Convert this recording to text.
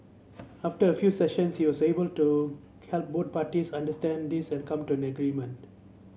after a few sessions he was able to help both parties understand this and come to an agreement